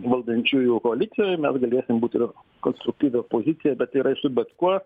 valdančiųjų koalicijoj mes galėsim būt vėl konstruktyvia opozicija bet yra su bet kuo